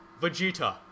Vegeta